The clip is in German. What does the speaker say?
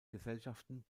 gesellschaften